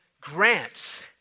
grants